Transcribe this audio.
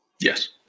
Yes